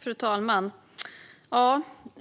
Fru talman!